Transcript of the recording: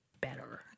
better